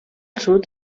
sud